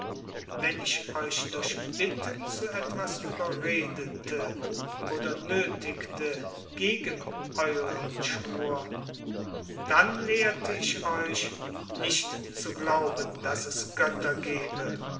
wenn ich euch durch bitten zu etwas überredetete oder nötigte gegen euren schwur dann lehrte ich euch nicht zu glauben daß es götter gebe